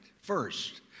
first